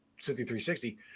5360